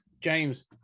James